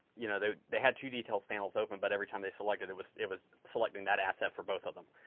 you know they they had two details panels open, but every time they selected, it was it was selecting that asset for both of them.